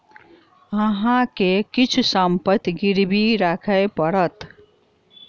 अहाँ के किछ संपत्ति गिरवी राखय पड़त